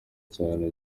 cyane